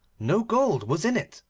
no gold was in it,